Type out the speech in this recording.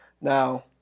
Now